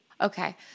Okay